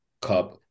Cup –